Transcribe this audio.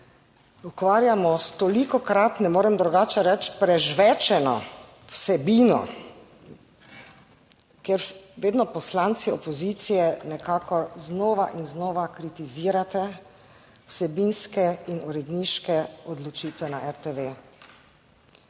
ukvarjamo s tolikokrat, ne morem drugače reči, prežvečeno vsebino, ker vedno poslanci opozicije nekako znova in znova kritizirate vsebinske in uredniške odločitve na RTV.